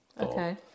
okay